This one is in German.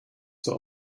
zur